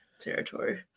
territory